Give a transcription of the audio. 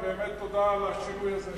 ובאמת תודה על השינוי הזה,